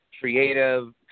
Creative